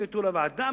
שהביאו אותו לעבודה,